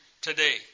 today